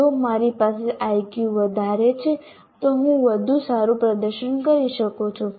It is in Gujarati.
જો મારી પાસે IQ વધારે છે તો હું વધુ સારું પ્રદર્શન કરી શકું છું